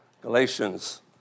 Galatians